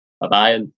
Bye-bye